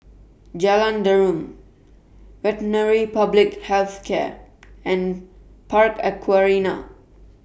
Jalan Derum Veterinary Public Health Centre and Park Aquaria